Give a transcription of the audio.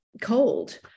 cold